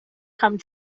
come